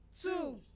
Two